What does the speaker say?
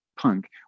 punk